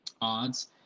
odds